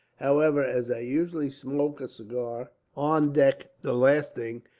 however, as i usually smoke a cigar on deck, the last thing,